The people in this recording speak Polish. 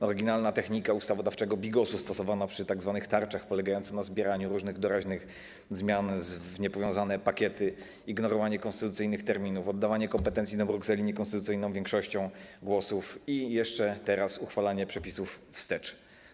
Oryginalna technika ustawodawczego bigosu stosowana przy tzw. tarczach, polegająca na zbieraniu różnych doraźnych zmian w niepowiązane pakiety, ignorowanie konstytucyjnych terminów, oddawanie kompetencji do Brukseli niekonstytucyjną większością głosów i teraz jeszcze uchwalanie przepisów wstecz.